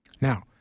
Now